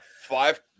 five